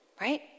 Right